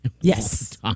Yes